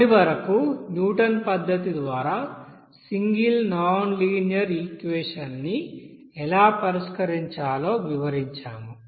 ఇప్పటి వరకు న్యూటన్ పద్ధతి ద్వారా సింగిల్ నాన్ లీనియర్ ఈక్వెషన్ ని ఎలా పరిష్కరించాలో వివరించాము